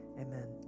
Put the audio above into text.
amen